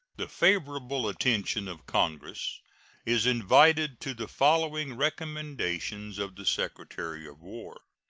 the favorable attention of congress is invited to the following recommendations of the secretary of war